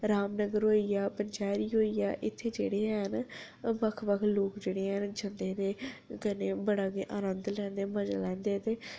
रामनगर होई गेआ पंचैरी होई गेआ इत्थै जेह्ड़े हैन बक्ख बक्ख लोक जेह्ड़े हैन जंदे ते कन्नै बड़ा गै नंद लैंदे मजा लैंदे ते